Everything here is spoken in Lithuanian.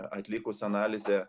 atlikus analizę